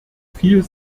viel